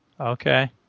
Okay